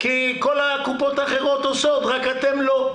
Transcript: כי כל הקופות האחרות עושות, רק אתם לא.